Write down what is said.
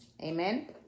Amen